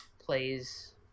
plays